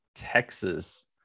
Texas